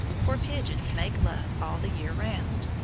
for pigeons make love all the year round.